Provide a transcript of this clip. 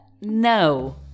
No